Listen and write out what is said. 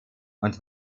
und